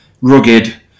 rugged